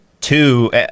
two